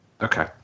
Okay